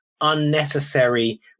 unnecessary